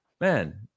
man